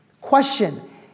Question